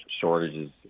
shortages